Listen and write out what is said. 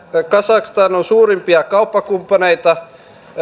kazakstan on suurimpia kauppakumppaneita